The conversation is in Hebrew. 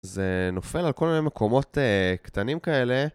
זה נופל על כל מיני מקומות קטנים כאלה